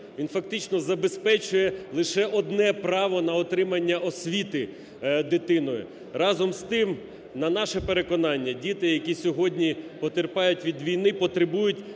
він, фактично, забезпечує лише одне право на отримання освіти дитиною. Разом з тим, на наше переконання, діти, які сьогодні потерпають від війни, потребують